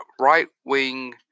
right-wing